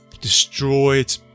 destroyed